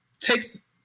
takes